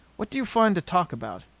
what do you find to talk about?